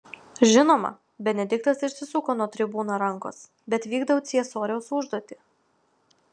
žinoma benediktas išsisuko nuo tribūno rankos bet vykdau ciesoriaus užduotį